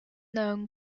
known